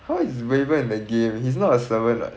how is waver in the game he's not a servant [what]